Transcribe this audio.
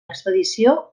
expedició